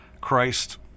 Christ